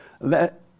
Let